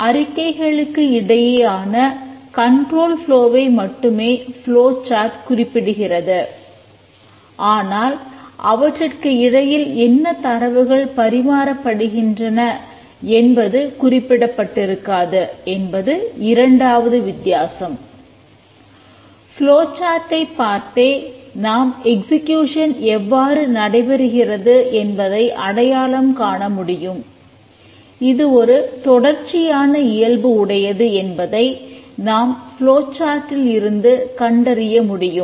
D F D உருவாக்குவது ஒரு முறைப்படியான செயல்முறையாகும்